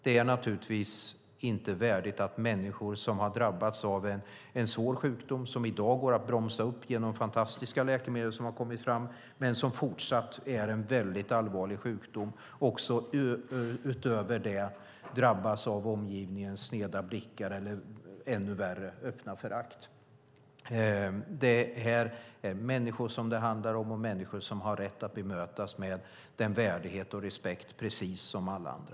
Det är naturligtvis inte värdigt att människor som har drabbats av en svår sjukdom, som i dag går att bromsa upp med fantastiska läkemedel som kommit fram men som fortsatt är en väldigt allvarlig sjukdom, utöver det drabbas av omgivningens sneda blickar eller - ännu värre - öppna förakt. Det är människor som det handlar om, människor som har rätt att bemötas med samma värdighet och respekt som alla andra.